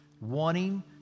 wanting